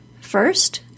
First